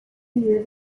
year